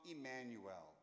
Emmanuel